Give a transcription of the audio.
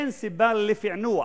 אין סיבה לפענוח,